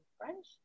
French